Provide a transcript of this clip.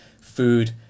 food